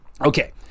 Okay